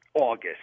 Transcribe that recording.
August